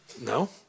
No